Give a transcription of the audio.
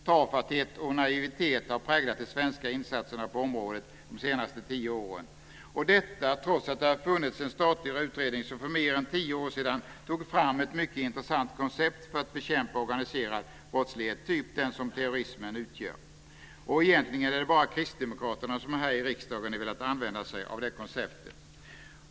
Tafatthet och naivitet har präglat de svenska insatserna på området de senaste tio åren, detta trots att en statlig utredning för mer än tio år sedan tog fram ett mycket intressant koncept för att bekämpa organiserad brottslighet typ den som terrorismen utgör. Egentligen är det bara kristdemokraterna som här i riksdagen har velat använda sig av det konceptet.